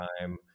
time